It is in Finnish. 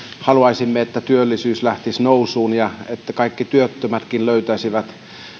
haluaisimme että työllisyys lähtisi nousuun ja että kaikki työttömätkin löytäisivät